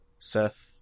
Seth